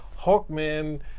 Hawkman